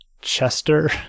Chester